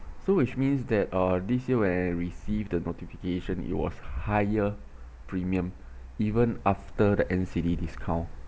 so which means that uh this year when I receive the notification it was higher premium even after the N_C_D discount